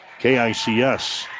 KICS